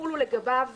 יחולו לגביו